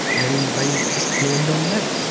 and i just claimed on that.